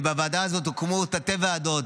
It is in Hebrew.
ובוועדה בזו הוקמו תתי-ועדות,